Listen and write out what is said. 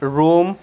Rome